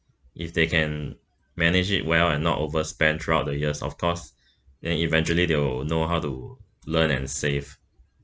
if they can manage it well and not overspend throughout the years of course then eventually they will know how to learn and save